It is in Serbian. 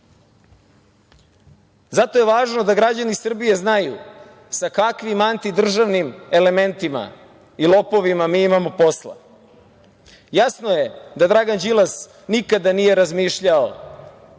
je važno da građani Srbije znaju sa kakvim antidržavnim elementima i lopovima mi imamo posla. Jasno je da Dragan Đilasa nikada nije razmišljao